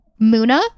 Muna